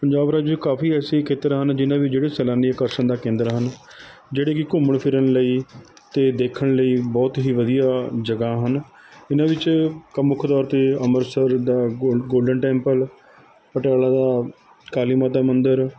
ਪੰਜਾਬ ਰਾਜ ਕਾਫੀ ਐਸੇ ਖੇਤਰ ਹਨ ਜਿਨ੍ਹਾਂ ਵੀ ਜਿਹੜੇ ਸੈਲਾਨੀ ਅਕਰਸ਼ਣ ਦਾ ਕੇਂਦਰ ਹਨ ਜਿਹੜੇ ਕਿ ਘੁੰਮਣ ਫਿਰਨ ਲਈ ਅਤੇ ਦੇਖਣ ਲਈ ਬਹੁਤ ਹੀ ਵਧੀਆ ਜਗ੍ਹਾ ਹਨ ਇਹਨਾਂ ਵਿੱਚ ਕੰਮ ਮੁੱਖ ਤੌਰ 'ਤੇ ਅੰਬਰਸਰ ਦਾ ਗੋਲ ਗੋਲਡਨ ਟੈਂਪਲ ਪਟਿਆਲਾ ਦਾ ਕਾਲੀ ਮਾਤਾ ਮੰਦਰ